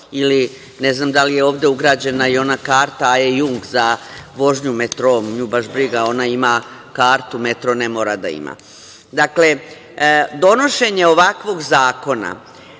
ili ne znam da li je ovde ugrađena i ona karta Aje Jung za vožnju metroom. Nju baš briga, ona ima kartu, metro ne mora da ima. Dakle, donošenje ovakvog zakona